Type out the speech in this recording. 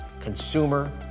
Consumer